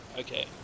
Okay